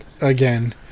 again